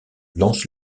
lance